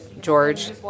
George